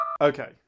Okay